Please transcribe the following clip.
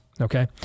Okay